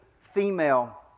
female